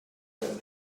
done